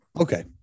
Okay